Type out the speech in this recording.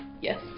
Yes